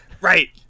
Right